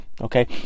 okay